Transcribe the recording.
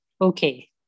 Okay